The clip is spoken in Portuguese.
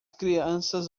crianças